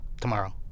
tomorrow